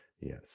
yes